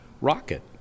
rocket